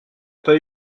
pas